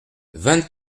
vingt